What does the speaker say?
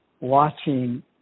watching